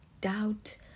doubt